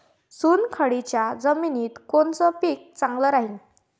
चुनखडीच्या जमिनीत कोनचं पीक चांगलं राहीन?